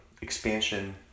expansion